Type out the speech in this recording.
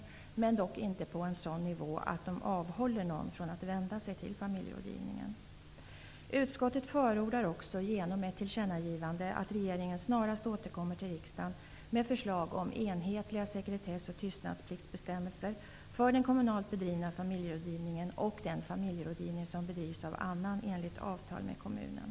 Avgifterna får dock inte ligga på en sådan nivå att någon därför avhåller sig från att vända sig till familjerådgivningen. Utskottet förordar också, genom ett tillkännagivande, att regeringen snarast återkommer till riksdagen med förslag om enhetliga sekretess och tystnadspliktsbestämmelser för den kommunalt bedrivna familjerådgivningen och den familjerådgivning som bedrivs av annan enligt avtal med kommunen.